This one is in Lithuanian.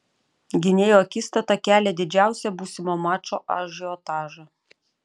gynėjų akistata kelia didžiausią būsimo mačo ažiotažą